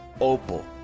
Opal